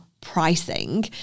pricing